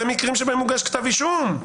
אלה מקרים שבהם הוגש כתב אישום.